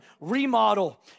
remodel